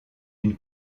une